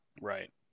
Right